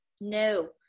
No